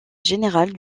générale